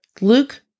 Luke